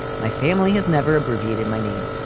my family has never abbreviated my name.